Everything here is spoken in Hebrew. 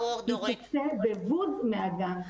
היא תצא בבוז מהגן.